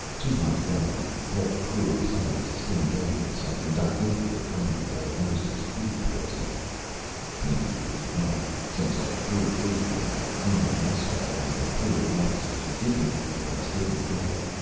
two months out, the whole crew of scientists came down with something doc napier finally diagnosed as food poisoning maybe he was right, since our group ate in our own mess hall, and the crew and officers who didn't eat with us didn't get it.